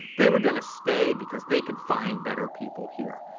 they were going to stay because they could find better people here.